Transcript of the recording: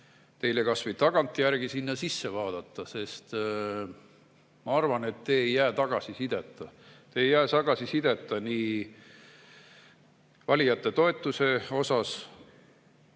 teile kas või tagantjärgi sinna sisse vaadata, sest ma arvan, et te ei jää tagasisideta. Te ei jää tagasisideta valijate toetuse osas,